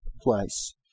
place